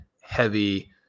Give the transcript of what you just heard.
heavy